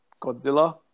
Godzilla